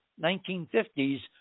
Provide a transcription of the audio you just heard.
1950s